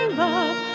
love